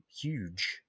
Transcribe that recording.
huge